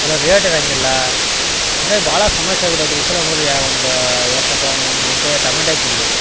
ಇಲ್ಲ ರೇಟ್ ಇರೋಂಗಿಲ್ಲ ಹಂಗಾಗಿ ಭಾಳ ಸಮಸ್ಯೆ ಆಗ್ಬಿಟ್ಟೈತೆ ರೀ ಈ ಸಲ ನೋಡಿರಿ ಯಾ ಒಂದು ಎಷ್ಟಪ್ಪ ಒಂದು ಗುಂಟೆ ಟಮೆಟೆ ಹಾಕಿದ್ರಿ